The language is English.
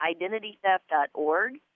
identitytheft.org